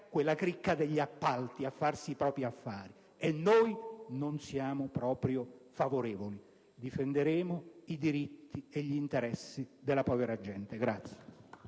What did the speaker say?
la cricca degli appalti a farsi i propri affari. Noi non siamo assolutamente favorevoli e difenderemo i diritti e gli interessi della povera gente.